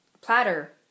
Platter